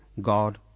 God